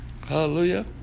Hallelujah